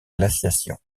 glaciation